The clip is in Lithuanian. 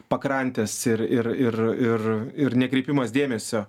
pakrantės ir ir ir ir ir nekreipimas dėmesio